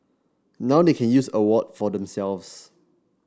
now they can use award for themselves